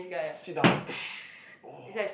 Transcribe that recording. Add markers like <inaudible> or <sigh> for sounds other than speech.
sit down <noise> !wah!